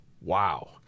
Wow